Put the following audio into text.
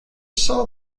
saw